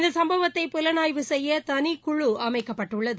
இந்த சம்பவத்தை புலனாய்வு செய்ய தனிக்குழு அமைக்கப்பட்டுள்ளது